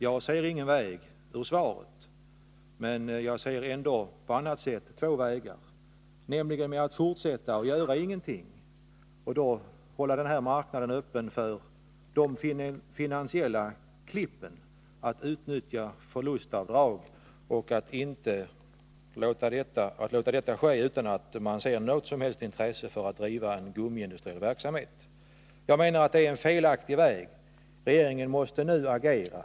Jag kan inte se att någon väg anges i svaret. Själv kan jag bara se två vägar. Den ena är att fortsätta att göra ingenting och hålla den här marknaden öppen för de finansiella klippen som går ut på att utnyttja förlustavdrag — att man låter detta ske utan något som helst intresse för en fortsatt gummiindustriverksamhet. Jag menar att det är en felaktig väg. Den andra vägen anser jag vara att regeringen nu måste agera.